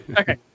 Okay